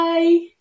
Bye